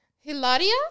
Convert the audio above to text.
Hilaria